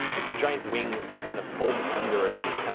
its giant wings have kind of folded under into these